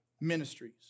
ministries